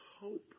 hope